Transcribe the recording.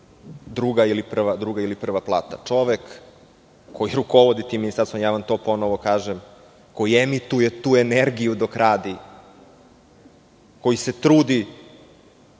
druga ili prva plata. Čovek koji rukovodi tim ministarstvom, to vam ponovo kažem, koji emituje tu energiju dok radi, koji se trudi